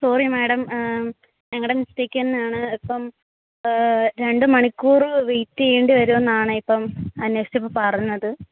sorry madam ഞങ്ങളുടെ mistake തന്നെയാണ് അപ്പം രണ്ട് മണിക്കൂറ് വെയിറ്റ് ചെയ്യേണ്ടി വരുമെന്നാണ് ഇപ്പം അന്വേഷിച്ചപ്പോൾ പറഞ്ഞത്